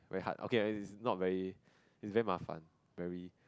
very hard okay it's it's not very it's very mafan very